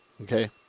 okay